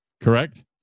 correct